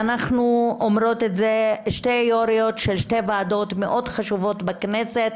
אנחנו אומרות את זה כשתי יו"ריות של שתי ועדות מאוד חשובות בכנסת: